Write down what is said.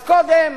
אז קודם